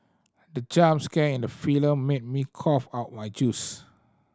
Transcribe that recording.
the jump scare in the film made me cough out my juice